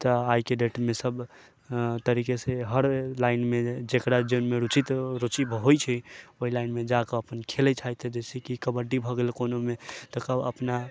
तऽ आइके डेटमे सब तरीकेसँ हर लाइनमे जकरा जाहिमे रुचि होइ छै ओइ लाइनमे जाके अपन खेलै छथि जैसेकि कबड्डी भऽ गेल कोनोमे तकर बाद अपना